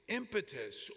impetus